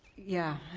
yeah,